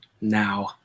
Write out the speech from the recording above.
now